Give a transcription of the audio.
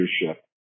leadership